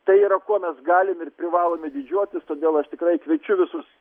tai yra kuo mes galim ir privalome didžiuotis todėl aš tikrai kviečiu visus